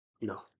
No